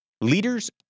Leaders